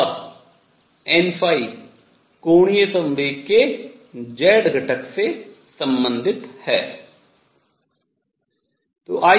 और n कोणीय संवेग के z घटक से संबंधित है